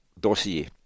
dossier